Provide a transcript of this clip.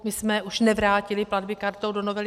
My jsme už nevrátili platby kartou do novely.